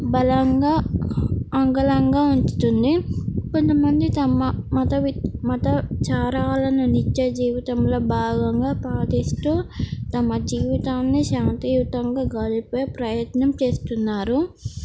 బలంగా అంగలంగా ఉంచుతుంది కొంతమంది తమ మత వి మతాచారాలను నిత్య జీవితంలో భాగంగా పాటిస్తూ తమ జీవితాన్ని శాంతియుతంగా గడిపే ప్రయత్నం చేస్తున్నారు